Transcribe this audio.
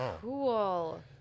Cool